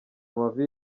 amavi